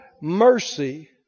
mercy